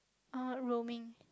uh roaming